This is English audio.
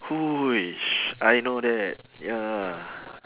!woo! which I know that ya